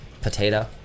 Potato